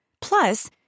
Plus